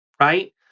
right